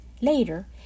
Later